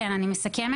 כן, אני מסכמת.